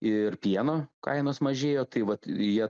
ir pieno kainos mažėjo tai vat jie